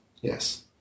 yes